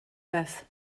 beth